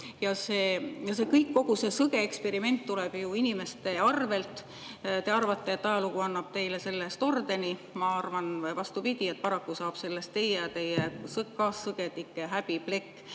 Ja kogu see sõge eksperiment tuleb ju inimeste arvelt. Te arvate, et ajalugu annab teile selle eest ordeni, ma arvan vastupidi, et paraku saab sellest teie ja teie kaassõgedike häbiplekk.